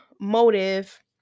motive